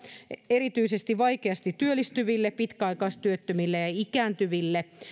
erityisesti vaikeasti työllistyville pitkäaikaistyöttömille ja ja ikääntyville